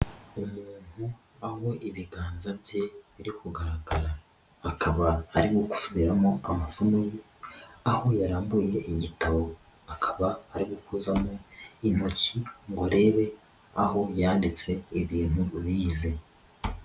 Umuntu aho ibiganza bye biri kugaragara akaba ari gusubiramo amasomo ye, aho yarambuye igitabo akaba ari gukozamo intoki ngo arebe aho yanditse ibintu bize.